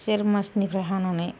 जेत मासनिफ्राय हानानै